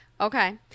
Okay